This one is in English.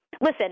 listen